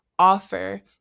offer